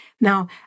Now